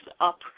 up